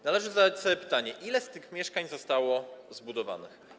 Należy zadać sobie pytanie, ile z tych mieszkań zostało zbudowanych.